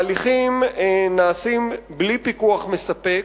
ההליכים נעשים בלי פיקוח מספק,